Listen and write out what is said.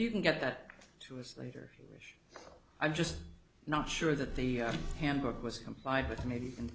you can get that to us later wished i'm just not sure that the handbook was complied with maybe and